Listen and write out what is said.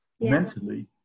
mentally